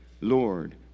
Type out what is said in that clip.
Lord